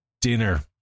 dinner